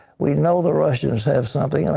we know the russians have something. and